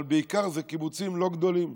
אבל בעיקר זה קיבוצים לא גדולים,